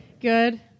Good